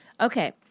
Okay